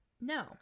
No